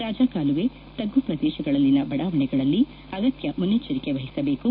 ರಾಜ ಕಾಲುವೆ ತಗ್ಗು ಪ್ರದೇಶಗಳಲ್ಲಿನ ಬಡಾವಣೆಗಳಲ್ಲಿ ಅಗತ್ಯ ಮುನ್ನಚ್ಲರಿಕೆ ವಹಿಸಬೇಕು